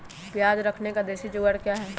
प्याज रखने का देसी जुगाड़ क्या है?